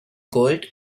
gold